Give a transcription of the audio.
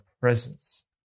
presence